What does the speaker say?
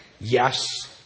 Yes